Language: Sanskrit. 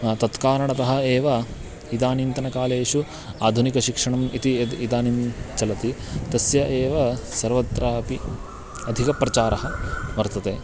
तत्कारणतः एव इदानीन्तनकालेषु आधुनिकशिक्षणम् इति यत् इदानीं चलति तस्य एव सर्वत्रापि अधिकः प्रचारः वर्तते